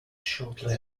shortly